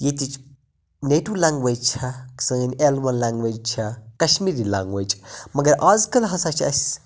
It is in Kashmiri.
ییٚتِچ نیٚٹو لینگویٚج چھےٚ سٲنۍ ایل وَن لینگویٚج چھےٚ کَشمیٖری لینگویٚج مگر آزکَل ہَسا چھِ اَسہِ